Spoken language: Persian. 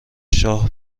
شاه